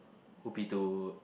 would be to